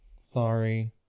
sorry